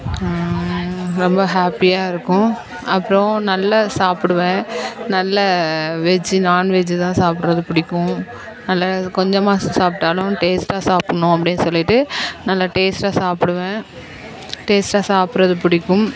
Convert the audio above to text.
ரொம்ப ஹேப்பியாக இருக்கும் அப்புறம் நல்ல சாப்பிடுவேன் நல்ல வெஜ்ஜு நான்வெஜ்ஜு தான் சாப்பிட்றது பிடிக்கும் நல்ல கொஞ்சமாக சாப்பிட்டாலும் டேஸ்ட்டாக சாப்பிட்ணும் அப்படின்னு சொல்லிட்டு நல்ல டேஸ்ட்டாக சாப்பிடுவேன் டேஸ்ட்டாக சாப்பிட்றது பிடிக்கும்